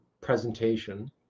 presentation